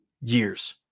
years